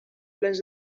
plens